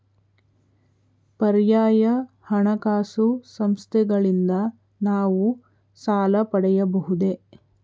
ಪರ್ಯಾಯ ಹಣಕಾಸು ಸಂಸ್ಥೆಗಳಿಂದ ನಾವು ಸಾಲ ಪಡೆಯಬಹುದೇ?